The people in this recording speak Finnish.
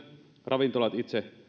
ravintolat itse